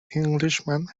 englishman